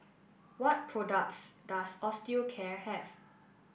what products does Osteocare have